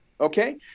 okay